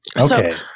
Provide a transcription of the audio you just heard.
Okay